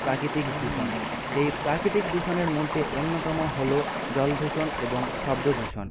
প্রাকৃতিক দূষণ এই প্রাকৃতিক দূষণের মধ্যে অন্যতম হল জলদূষণ এবং শব্দদূষণ